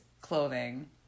clothing